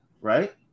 right